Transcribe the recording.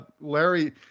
larry